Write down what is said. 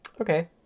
Okay